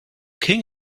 king